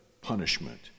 punishment